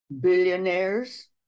billionaires